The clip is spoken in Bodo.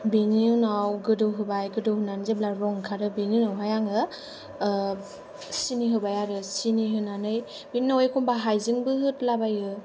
बिनि उनाव गोदौ होबाय गोदौ होनानै जेब्ला रं ओंखारो बेनि उनावहाय आङो सिनि होबाय आरो सिनि होनानै बेनि उनाव एखमब्ला हायजेंबो होद्लाबायो